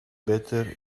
better